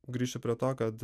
grįšiu prie to kad